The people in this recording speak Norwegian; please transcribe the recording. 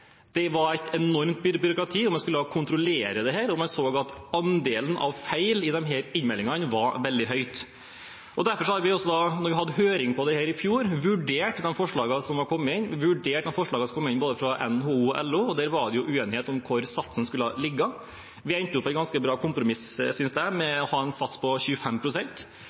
Det var et enormt byråkrati, man skulle kontrollere dette, og man så at andelen feil i innmeldingene var veldig høyt. Derfor har vi – vi hadde høring om dette i fjor – vurdert forslagene som har kommet inn fra både NHO og LO, og der var det uenighet om hvor satsen skulle ligge. Jeg synes vi har endt opp med et ganske bra kompromiss med en stats på 25 pst. Det er viktig at Senterpartiet også ser at man ikke kan se på denne ordningen helt konkret. Man må også se på om det går an å